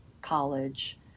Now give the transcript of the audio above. college